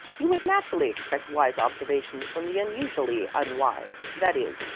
you would naturally expect wise observations from the unusually unwise that is,